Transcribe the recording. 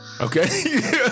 Okay